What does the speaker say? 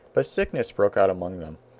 but sickness broke out among them,